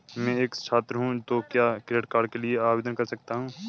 मैं एक छात्र हूँ तो क्या क्रेडिट कार्ड के लिए आवेदन कर सकता हूँ?